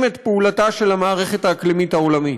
את פעולתה של המערכת האקלימית העולמית.